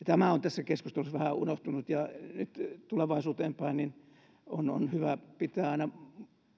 tämä on tässä keskustelussa vähän unohtunut ja nyt tulevaisuuteen päin on on hyvä pitää aina